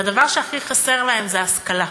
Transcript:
והדבר שהכי חסר להם זה השכלה.